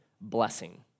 blessing